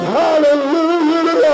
hallelujah